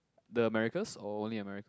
the Americas or only America